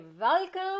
welcome